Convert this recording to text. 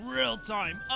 real-time